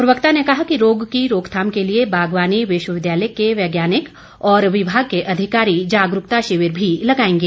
प्रवक्ता ने कहा कि रोग की रोकथाम के लिए बागवानी विश्वविद्यालय के विज्ञानी और विभाग के अधिकारी जागरूकता शिविर भी लगाएंगे